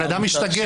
הבן אדם השתגע.